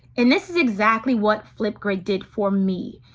and this is exactly what flipgrid did for me.